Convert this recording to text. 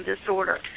disorder